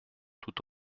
tout